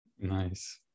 Nice